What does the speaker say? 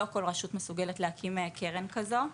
לא כל רשות מסוגלת להקים קרן כזאת.